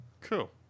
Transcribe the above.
Cool